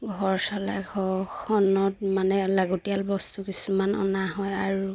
ঘৰ চলাই ঘৰখনত মানে লাগতিয়াল বস্তু কিছুমান অনা হয় আৰু